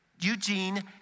Eugene